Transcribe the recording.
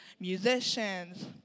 musicians